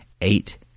eight